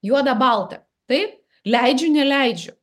juoda balta taip leidžiu neleidžiu